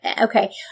Okay